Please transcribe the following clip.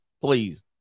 please